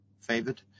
favored